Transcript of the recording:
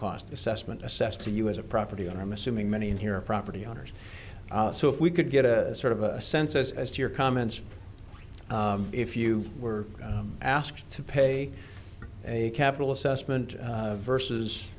cost assessment assessed to you as a property owner i'm assuming many in here property owners so if we could get a sort of a sense as to your comments if you were asked to pay a capital assessment versus